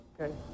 Okay